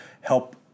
help